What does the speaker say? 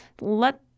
let